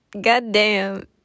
goddamn